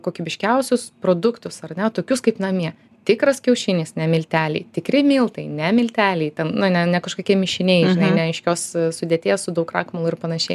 kokybiškiausius produktus ar ne tokius kaip namie tikras kiaušinis ne milteliai tikri miltai ne milteliai ten na na ne kažkokie mišiniai žinai neaiškios sudėties su daug krakmolo ir panašiai